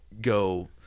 go